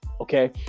Okay